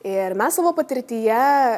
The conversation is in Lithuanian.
ir mes savo patirtyje